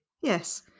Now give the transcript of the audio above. Yes